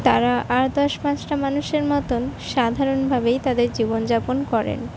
তারা আর দশ পাঁচটা মানুষের মতন সাধারণভাবেই তাদের জীবনযাপন করেন